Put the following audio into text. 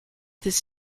this